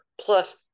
plus